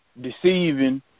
deceiving